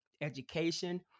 education